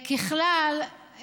ככלל,